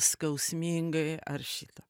skausmingai ar šita